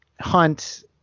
Hunt